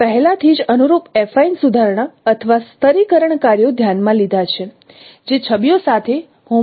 તેથી આપણે પહેલાથી જ અનુરૂપ એફાઇન સુધારણા અથવા સ્તરીકરણ કાર્યો ધ્યાનમાં લીધા છે જે છબીઓ સાથે હોમોગ્રાફી નો ઉપયોગ કરીને શામેલ છે